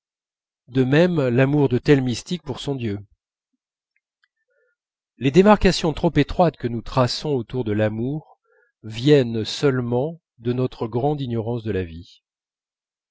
de même l'amour de tel mystique pour dieu les démarcations trop étroites que nous traçons autour de l'amour viennent seulement de notre grande ignorance de la vie